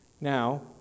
Now